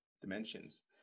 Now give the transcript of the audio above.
dimensions